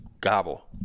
gobble